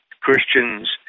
Christian's